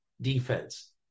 defense